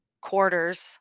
quarters